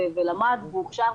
הוא למד והוכשר,